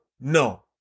No